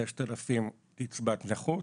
6,000 קצבת נכות.